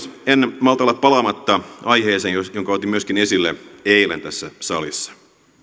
en malta olla palaamatta aiheeseen jonka otin myöskin esille eilen tässä salissa